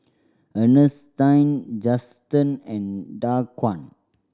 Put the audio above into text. Ernestine Juston and Daquan